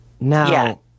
Now